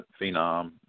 phenom